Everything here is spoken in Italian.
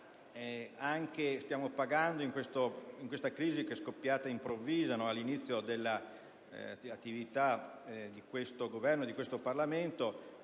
probabilmente per questa crisi, scoppiata improvvisamente all'inizio dell'attività di questo Governo e di questo Parlamento,